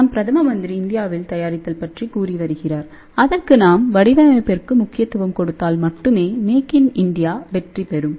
நம் பிரதம மந்திரி இந்தியாவில் தயாரித்தல் பற்றி கூறி வருகிறார் அதற்கு நாம் வடிவமைப்பிர்க்கு முக்கியத்துவம் கொடுத்தால் மட்டுமே மேக் இன் இந்தியா வெற்றி பெறும்